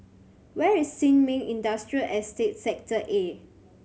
where is Sin Ming Industrial Estate Sector A